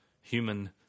human